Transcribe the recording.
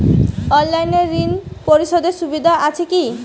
অনলাইনে ঋণ পরিশধের সুবিধা আছে কি?